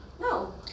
No